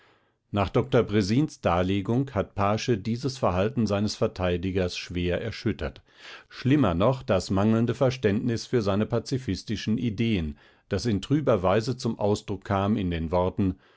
nach dr bresins darlegungen hat paasche dieses verhalten seines verteidigers schwer erschüttert schlimmer noch das mangelnde verständnis für seine pazifistischen ideen das in trüber weise zum ausdruck kam in den worten